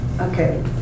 okay